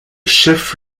chef